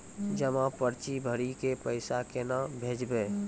जमा पर्ची भरी के पैसा केना भेजबे?